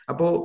Apo